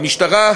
המשטרה,